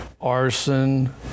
arson